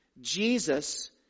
Jesus